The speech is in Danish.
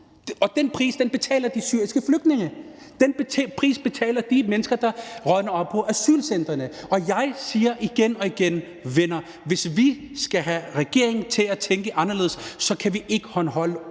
Og den pris betaler de syriske flygtninge. Den pris betaler de mennesker, der rådner op på asylcentrene, og jeg siger igen og igen: Venner, hvis vi skal have regeringen til at tænke anderledes, kan vi ikke holde